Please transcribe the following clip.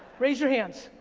raise your hands.